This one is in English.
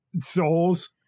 souls